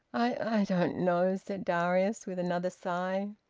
i i don't know, said darius, with another sigh.